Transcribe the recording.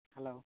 hello